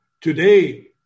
Today